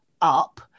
up